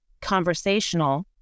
conversational